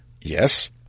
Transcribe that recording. Yes